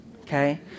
Okay